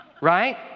right